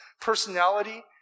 personality